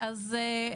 אובר.